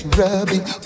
rubbing